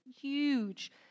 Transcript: huge